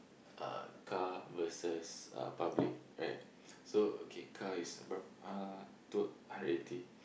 uh car versus uh public right so okay car is berapa uh two hundred eighty